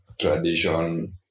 tradition